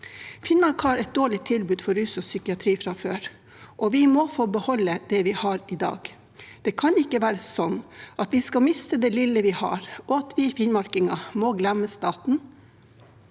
Finnmark har et dårlig tilbud for rus og psykiatri fra før, og vi må få beholde det vi har i dag. Det kan ikke være sånn at vi skal miste det lille vi har, og at vi finnmarkinger må glemme staten,